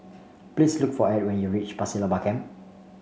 please look for Edd when you reach Pasir Laba Camp